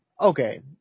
Okay